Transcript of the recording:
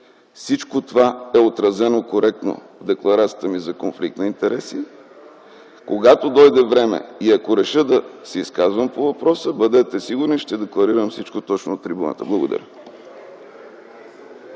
Всичко това е отразено коректно в декларацията ми за конфликт на интереси. Когато дойде време и ако реша да се изказвам по въпроса, бъдете сигурен, ще декларирам всичко точно от трибуната. Благодаря.